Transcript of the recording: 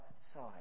side